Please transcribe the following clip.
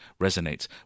resonates